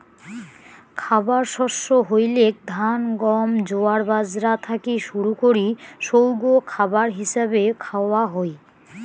খাবার শস্য হইলেক ধান, গম, জোয়ার, বাজরা থাকি শুরু করি সৌগ খাবার হিছাবে খাওয়া হই